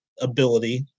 ability